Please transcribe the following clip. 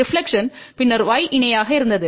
ரெப்லக்க்ஷன்பு பின்னர் y இணையாக இருந்தது